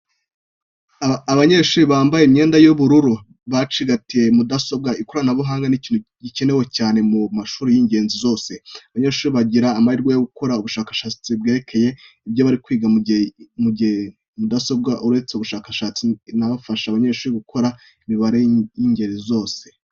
Abanyeshuri bambaye imyenda y'ubururu, bacigatiye mudasobwa. Ikoranabuhanga ni ikintu gikenewe cyane mu mashuri y'ingeri zose, abanyeshuri bagira amahirwe yo gukora ubushakashatsi bwerekeye ibyo bari kwiga muri icyo gihe. Mudasobwa uretse ubushakashatsi inafasha abanyeshuri gukora imibare y'ingeri zose.